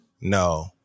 No